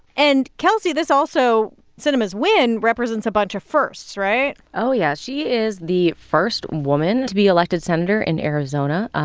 and kelsey, this also sinema's win represents a bunch of firsts, right? oh, yeah. she is the first woman to be elected senator in arizona.